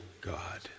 God